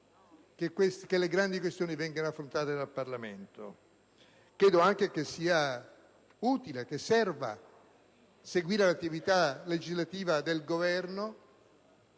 che le grandi questioni del Paese siano affrontate dal Parlamento. Credo anche che sia utile e che serva seguire l'attività legislativa del Governo